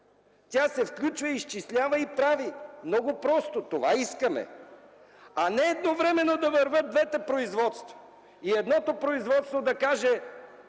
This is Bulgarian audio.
Тя се включва, изчислява и прави. Много просто! Това искаме! А не едновременно да вървят двете производства, като едното производство каже: